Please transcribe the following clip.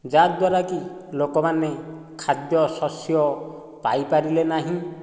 ଯାହା ଦ୍ଵାରା କି ଲୋକମାନେ ଖାଦ୍ୟ ଶସ୍ୟ ପାଇ ପାରିଲେ ନାହିଁ